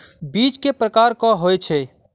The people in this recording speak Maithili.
बीज केँ प्रकार कऽ होइ छै?